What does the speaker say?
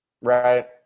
Right